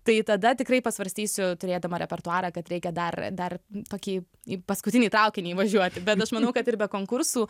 tai tada tikrai pasvarstysiu turėdama repertuarą kad reikia dar dar tokį į paskutinį traukinį įvažiuoti bet aš manau kad ir be konkursų